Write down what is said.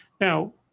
Now